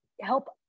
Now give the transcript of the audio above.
help